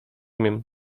miem